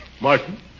Martin